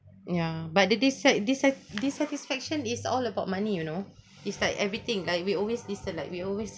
ya but the dissa~ dissa~ dissatisfaction is all about money you know it's like everything like we always listen like we always